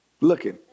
looking